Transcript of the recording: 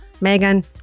Megan